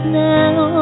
now